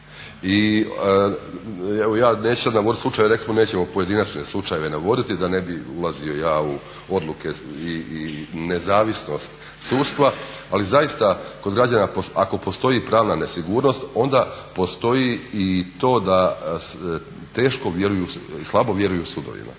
smo nećemo pojedinačne slučajeve navoditi da ne bih ulazio ja u odluke i nezavisnost sudstva. Ali zaista kod građana ako postoji pravna nesigurnost onda postoji i to da teško vjeruju i slabo vjeruju sudovima.